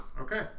Okay